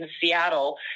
Seattle